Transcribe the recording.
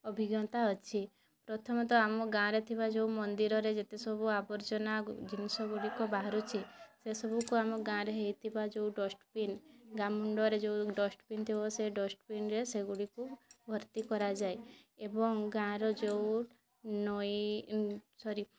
ଅଭିଜ୍ଞତା ଅଛି ପ୍ରଥମ ତ ଆମ ଗାଁରେ ଥିବା ଯେଉଁ ମନ୍ଦିରରେ ଯେତେ ସବୁ ଆବର୍ଜନା ଜିନିଷ ଗୁଡ଼ିକ ବାହାରୁଛି ସେ ସବକୁ ଆମ ଗାଁରେ ହେଇ ଥିବା ଯେଉଁ ଡଷ୍ଟବିନ୍ ଗାଁ ମୁଣ୍ଡରେ ଯେଉଁ ଡଷ୍ଟବିନ୍ ଥିବ ସେ ଡଷ୍ଟବିନ୍ରେ ସେଗୁଡ଼ିକୁ ଭର୍ତ୍ତି କରାଯାଏ ଏବଂ ଗାଁର ଯେଉଁ ନଈ ସରି